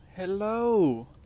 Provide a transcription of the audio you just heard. hello